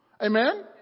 Amen